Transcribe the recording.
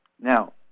Now